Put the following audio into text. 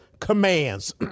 commands